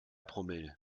promille